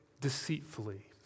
deceitfully